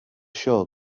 sure